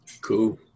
cool